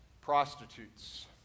prostitutes